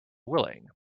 willing